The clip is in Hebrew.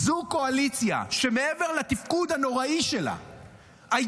זו קואליציה שמעבר לתפקוד הנוראי שלה,